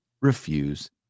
refuse